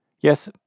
Yes